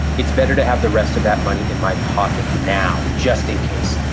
it's better to have the rest of that money in my pocket now, just in case.